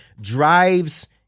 drives